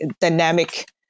dynamic